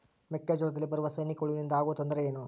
ಮೆಕ್ಕೆಜೋಳದಲ್ಲಿ ಬರುವ ಸೈನಿಕಹುಳುವಿನಿಂದ ಆಗುವ ತೊಂದರೆ ಏನು?